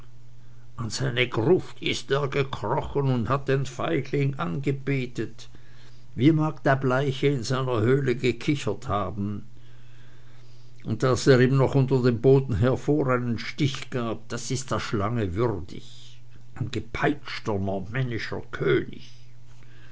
an seine gruft ist er gekrochen und hat den feigling angebetet wie mag der bleiche in seiner höhle gekichert haben und daß er ihm noch unter dem boden hervor einen stich gab das ist der schlange würdig ein gepeitschter normännischer könig